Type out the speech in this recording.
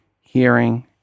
hearing